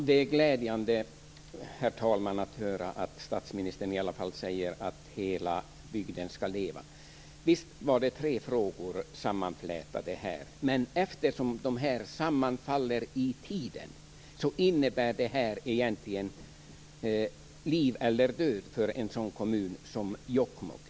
Herr talman! Det är glädjande att höra att statsministern säger att hela Sverige skall leva. Visst var det tre frågor sammanflätade här, men eftersom de sammanfaller i tiden innebär det här egentligen liv eller död för en kommun som Jokkmokk.